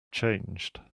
changed